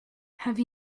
have